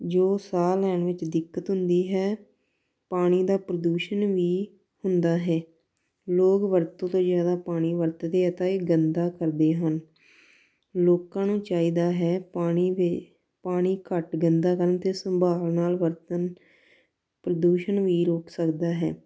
ਜੋ ਸਾਹ ਲੈਣ ਵਿੱਚ ਦਿੱਕਤ ਹੁੰਦੀ ਹੈ ਪਾਣੀ ਦਾ ਪ੍ਰਦੂਸ਼ਣ ਵੀ ਹੁੰਦਾ ਹੈ ਲੋਕ ਵਰਤੋਂ ਤੋਂ ਜ਼ਿਆਦਾ ਪਾਣੀ ਵਰਤਦੇ ਅਤੇ ਇਹ ਗੰਦਾ ਕਰਦੇ ਹਨ ਲੋਕਾਂ ਨੂੰ ਚਾਹੀਦਾ ਹੈ ਪਾਣੀ ਦੇ ਪਾਣੀ ਘੱਟ ਗੰਦਾ ਕਰਨ ਅਤੇ ਸੰਭਾਲ ਨਾਲ ਵਰਤਣ ਪ੍ਰਦੂਸ਼ਣ ਵੀ ਰੁਕ ਸਕਦਾ ਹੈ